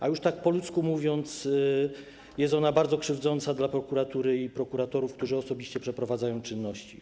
A już tak po ludzku mówiąc, jest ona bardzo krzywdząca dla prokuratury i prokuratorów, którzy osobiście przeprowadzają czynności.